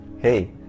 hey